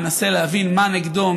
מנסה להבין מה נגדו,